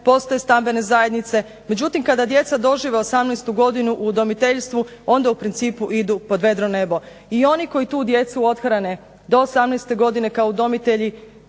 postoje stambene zajednice. Međutim, kada djeca dožive 18. godinu u udomiteljstvu onda u principu idu pod vedro nebo. I oni koji tu djecu othrane do 18.godina kao udomitelji